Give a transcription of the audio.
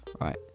Right